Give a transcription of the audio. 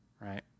right